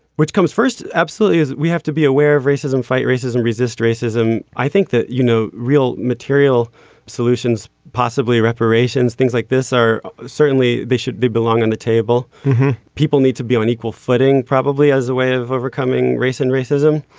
which comes first. absolutely. we have to be aware of racism fight racism resist racism. i think that you know real material solutions possibly reparations things like this are certainly they should be belong on the table people need to be on equal footing probably as a way of overcoming race and racism.